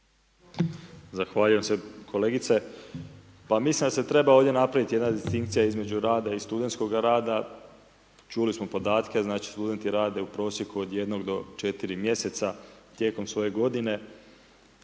Zahvaljujem se kolegice, mislim da se ovdje treba napraviti jedna distinkcija između rada i studentskog rada, čuli smo podatke, studenti rade u prosjeku od jednog do četiri mjeseca, tijekom svoje g.